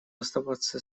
остаться